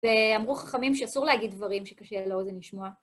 ואמרו חכמים שאסור להגיד דברים שקשה לאוזן לשמוע.